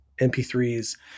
mp3s